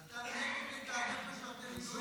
אז אתה נגד לתעדף משרתי מילואים?